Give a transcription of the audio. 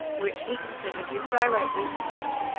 which he considered his director's cut.